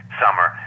summer